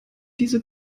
diese